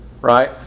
right